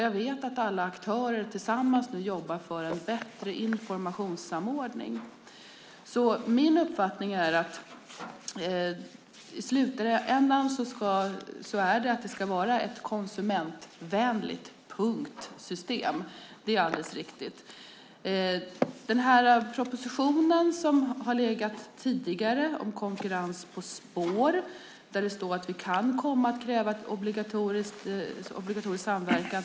Jag vet att alla aktörer nu tillsammans jobbar för en bättre informationssamordning. Min uppfattning är att det i slutändan ska vara "ett konsumentvänligt system - punkt". Det är alldeles riktigt. I propositionen Konkurrens på spår står det att vi kan komma att kräva en obligatorisk samverkan.